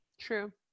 True